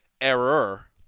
error